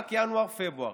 רק ינואר-פברואר.